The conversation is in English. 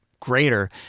greater